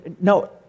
No